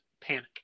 panic